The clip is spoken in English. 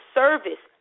service